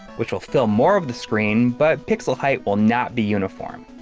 which will fill more of the screen, but pixel height will not be uniform,